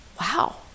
wow